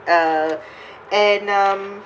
uh and um